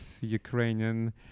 Ukrainian